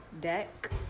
deck